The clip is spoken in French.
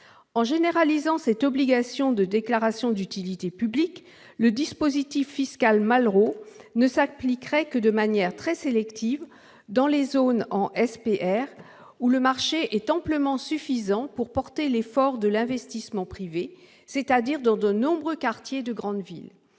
En généralisant cette obligation de DUP, le dispositif fiscal Malraux ne s'appliquerait que de manière très sélective, dans les zones en SPR où le marché est amplement suffisant pour porter l'effort de l'investissement privé, c'est-à-dire dans de nombreux quartiers de grandes villes.